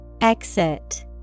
Exit